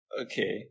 Okay